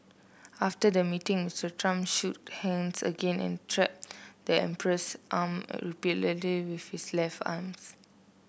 after the meeting Mister Trump shook hands again and tapped the emperor's arm repeatedly with his left arms